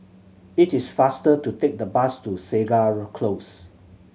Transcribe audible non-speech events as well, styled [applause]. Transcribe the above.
it is faster to take the bus to Segar [unintelligible] Close